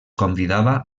convidava